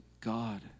God